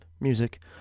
music